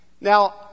Now